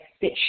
fish